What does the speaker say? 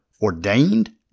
ordained